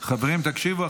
חברים, תקשיבו.